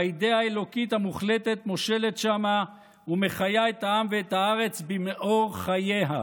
והאידיאה האלוקית המוחלטת מושלת שמה ומחיה את העם ואת הארץ במאור חייה.